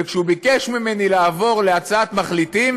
וכשהוא ביקש ממני לעבור להצעת מחליטים